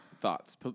thoughts